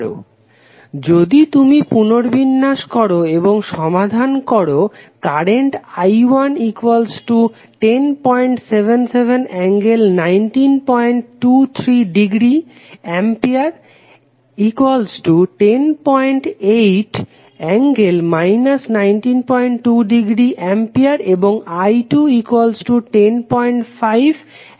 Refer Slide Time 0653 যদি তুমি পুনর্বিন্যাস করো এবং সমাধান করো কারেন্ট I11077∠1923◦ A 108∠−192◦A এবং I2 105∠−567◦ হবে